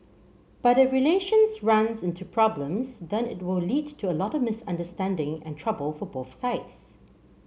but if relations runs into problems then it will lead to a lot of misunderstanding and trouble for both sides